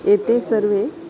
एते सर्वे